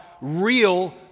real